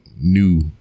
new